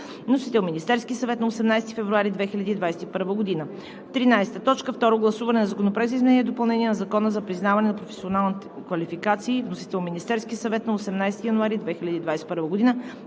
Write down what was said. Вносител – Министерският съвет, на 18 февруари 2021 г. 13. Второ гласуване на Законопроекта за изменение и допълнение на Закона за признаване на професионални квалификации. Вносител – Министерският съвет, на 18 януари 2021 г.